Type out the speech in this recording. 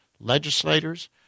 legislators